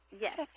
Yes